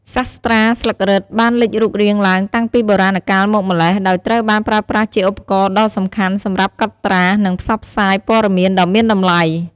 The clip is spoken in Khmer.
សាស្រ្តាស្លឹករឹតបានលេចរូបរាងឡើងតាំងពីបុរាណកាលមកម្ល៉េះ ដោយត្រូវបានប្រើប្រាស់ជាឧបករណ៍ដ៏សំខាន់សម្រាប់កត់ត្រា និងផ្សព្វផ្សាយព័ត៌មានដ៏មានតម្លៃ។